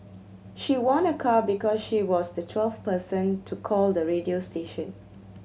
she won a car because she was the twelfth person to call the radio station